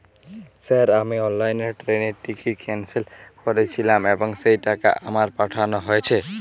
Sir আমি অনলাইনে ট্রেনের টিকিট ক্যানসেল করেছিলাম এবং সেই টাকা আমাকে পাঠানো হয়েছে?